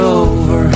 over